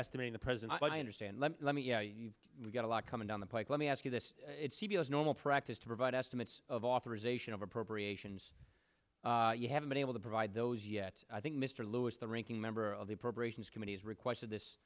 estimating the president i understand let me let me you know we've got a lot coming down the pike let me ask you this it's c b s normal practice to provide estimates of authorization of appropriations you haven't been able to provide those yet i think mr lewis the ranking member of the appropriations committee has requested this